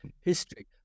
history